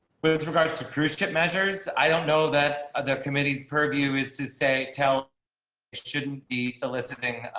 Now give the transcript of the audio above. with regards to cruise ship measures. i don't know that other committees per view is to say, tell shouldn't be soliciting